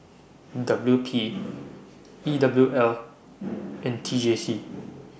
W P E W L and T J C